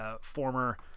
former